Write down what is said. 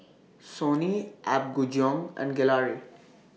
Sony Apgujeong and Gelare